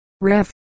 Ref